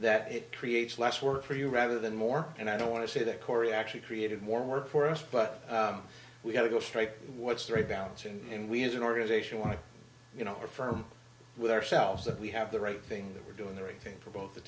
that it creates less work for you rather than more and i don't want to say that cory actually created more work for us but we've got to go straight what's the right balance and we as an organization want to you know are firm with ourselves that we have the right things that we're doing the right thing for both the